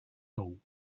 tou